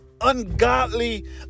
ungodly